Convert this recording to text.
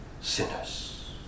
sinners